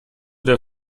der